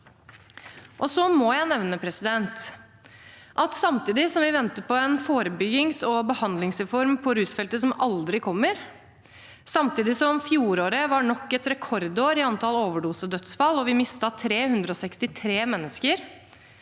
Så må jeg nevne at samtidig som vi venter på en forebyggings- og behandlingsreform på rusfeltet som aldri kommer, samtidig som fjoråret var nok et rekordår i antall overdosedødsfall – vi mistet 363 mennesker